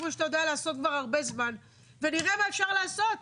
כמו שאתה יודע לעשות כבר הרבה זמן ונראה מה אפשר לעשות.